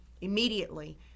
Immediately